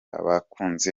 abakunzi